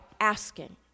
asking